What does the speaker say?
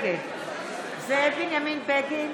זאב בנימין בגין,